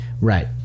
Right